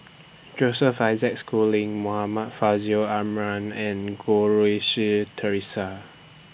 Joseph Isaac Schooling Muhammad Faishal Ibrahim and Goh Rui Si Theresa